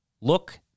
Look